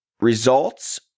results